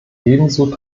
ebenso